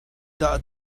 dah